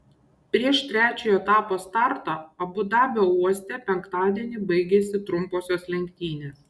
prieš trečiojo etapo startą abu dabio uoste penktadienį baigėsi trumposios lenktynės